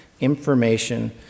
information